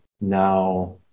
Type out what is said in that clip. now